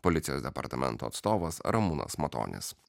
policijos departamento atstovas ramūnas matonis